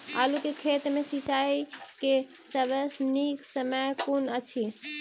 आलु केँ खेत मे सिंचाई केँ सबसँ नीक समय कुन अछि?